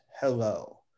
hello